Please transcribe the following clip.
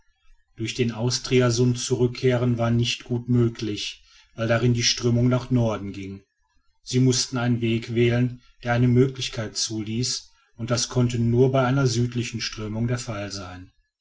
durch den austria sund zurückkehren war nicht gut möglich weil darin die strömung nach norden ging sie mußten einen weg wählen der eine möglichkeit zuließ und das konnte nur bei einer südlichen strömung der fall sein